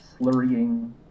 slurrying